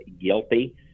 guilty